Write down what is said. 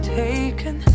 taken